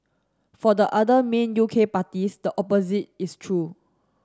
for the other main U K parties the opposite is true